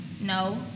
No